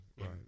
Right